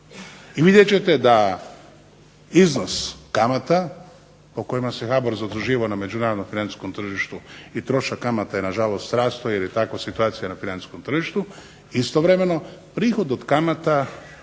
I vidjet ćete da iznos kamata po kojima se HBOR zaduživao na međunarodnom financijskom tržištu i trošak kamata je na žalost rastao jer takva je situacija na financijskom tržištu, istovremeno prihod od kamata